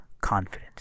confidence